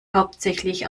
hauptsächlich